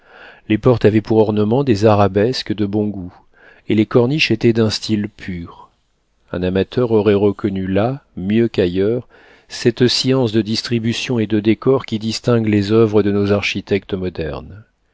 les portes avaient pour ornements des arabesques de bon goût et les corniches étaient d'un style pur un amateur aurait reconnu là mieux qu'ailleurs cette science de distribution et de décor qui distingue les oeuvres de nos architectes modernes